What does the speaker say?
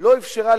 לא אפשרה.